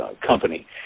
company